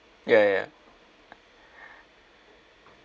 ya ya ya